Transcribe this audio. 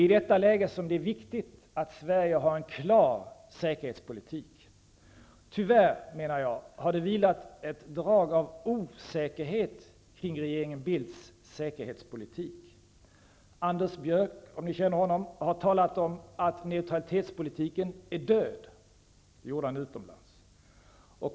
I detta läge är det viktigt att Sverige har en klar säkerhetspolitik. Tyvärr, menar jag, har det vilat ett drag av osäkerhet kring regeringen Bildts säkerhetspolitik. Anders Björck -- om ni känner honom -- har talat om att neutralitetspolitiken är död. Det gjorde han utomlands.